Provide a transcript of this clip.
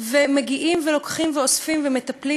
ומגיעים ואוספים ומטפלים.